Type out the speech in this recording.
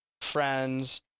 friends